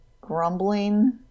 grumbling